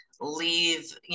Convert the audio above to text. leave